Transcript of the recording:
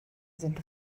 sind